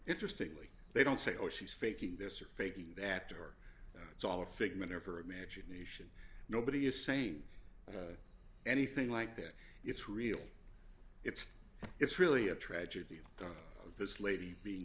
interestingly they don't say oh she's faking this or faking that or it's all a figment of her imagination nobody is saying anything like that it's real it's it's really a tragedy that this lady